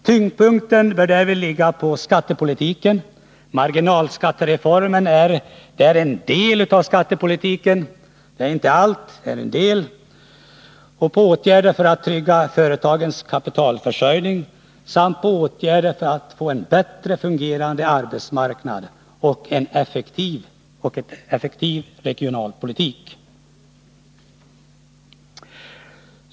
Tyngdpunkten bör ligga på skattepolitiken — marginalskattereformen är därvid en del, inte allt — på åtgärder för att trygga företagens kapitalförsörjning samt på åtgärder för att få en bättre fungerande arbetsmarknad och en effektiv regionalpolitik.